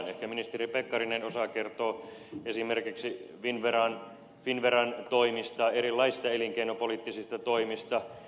ehkä ministeri pekkarinen osaa kertoa esimerkiksi finnveran toimista erilaisista elinkeinopoliittisista toimista